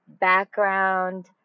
background